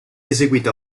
eseguito